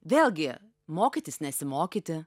vėlgi mokytis nesimokyti